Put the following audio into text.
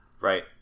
Right